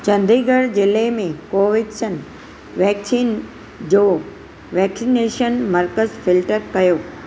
चण्डीगढ़ ज़िलें में कोवैक्सीन वैक्सीन जो वैक्सनेशन मर्कज़ फिल्टर कयो